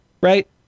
right